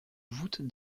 voûte